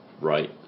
right